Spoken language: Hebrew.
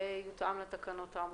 יותאם לתקנות האמורות.